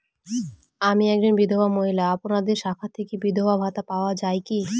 আমি একজন বিধবা মহিলা আপনাদের শাখা থেকে বিধবা ভাতা পাওয়া যায় কি?